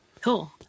Cool